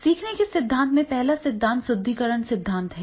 सीखने के सिद्धांत में पहला सिद्धांत सुदृढीकरण सिद्धांत है